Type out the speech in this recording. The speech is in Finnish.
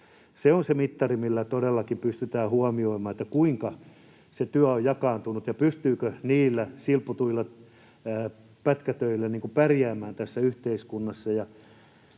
Se on se mittari, millä todellakin pystytään huomioimaan, kuinka se työ on jakaantunut ja pystyykö niillä silputuilla pätkätöillä pärjäämään tässä yhteiskunnassa.